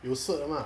有 cert 的吗